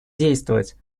действовать